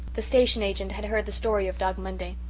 the station agent had heard the story of dog monday.